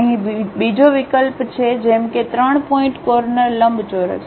અહીં બીજો વિકલ્પ છે જેમ કે 3 પોઇન્ટ કોર્નર લંબચોરસ